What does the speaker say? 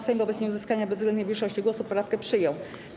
Sejm wobec nieuzyskania bezwzględnej większości głosów poprawkę przyjął.